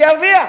שירוויח.